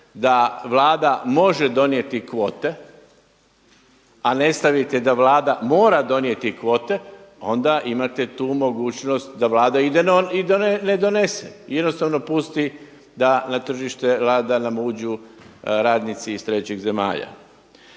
da Vlada može donijeti kvote, a ne stavite da Vlada mora donijeti kvote, onda imate tu mogućnost da Vlade ide i ne donese, jednostavno pusti da na tržište rada nam uđu radnici iz trećih zemalja.